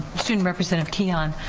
student representative kian,